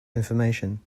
information